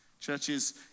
Churches